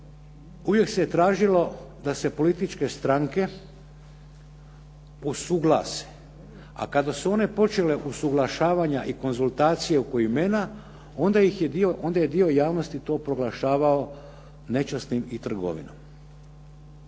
uvijek se tražilo da se političke stranke usuglase, a kada su one počele usuglašavanja i konzultacije oko imena onda je dio javnosti to proglašavao nečasnim i trgovinom.